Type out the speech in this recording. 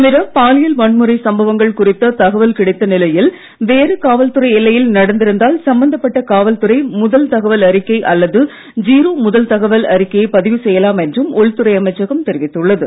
தவிர பாலியல் வன்முறை சம்பவங்கள் குறித்த தகவல் கிடைத்த நிலையில் வேறு காவல்துறை எல்லையில் நடந்திருந்தால் சம்பந்தப்பட்ட காவல் துறை முதல் தகவல் அறிக்கை அல்லது ஜீரோ முதல் தகவல் அறிக்கையை பதிவு செய்யலாம் என்றும் உள்துறை அமைச்சகம் தெரிவித்துள்ளது